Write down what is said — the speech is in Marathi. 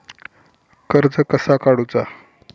कर्ज कसा काडूचा?